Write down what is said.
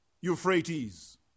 Euphrates